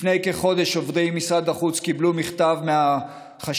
לפני כחודש עובדי משרד החוץ קיבלו מכתב מהחשב